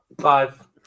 Five